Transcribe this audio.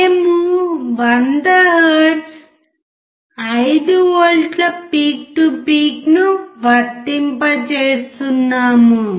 మేము 100 హెర్ట్జ్ 5 వోల్ట్ల peak to peak ను వర్తింపజేస్తున్నాము